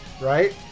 right